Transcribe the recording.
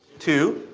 two.